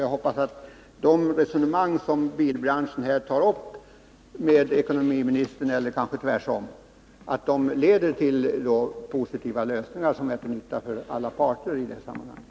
Jag hoppas att de resonemang som bilbranschen tar upp med ekonomiministern — eller det kanske blir tvärtom — leder till positiva lösningar till nytta för alla parter i sammanhanget.